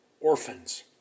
orphans